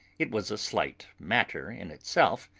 it was a slight matter in itself,